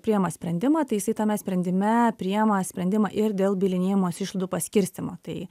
priima sprendimą tai jisai tame sprendime priima sprendimą ir dėl bylinėjimosi išlaidų paskirstymo tai